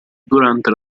durante